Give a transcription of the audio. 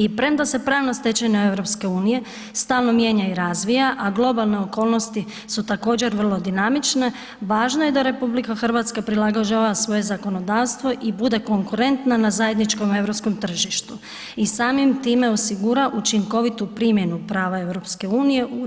I premda se pravna stečevina EU stalno mijenja i razvija, a globalne okolnosti su također vrlo dinamične važno je da RH prilagođava svoje zakonodavstvo i bude konkurentna na zajedničkom europskom tržištu i samim time osigura učinkovitu primjenu prava EU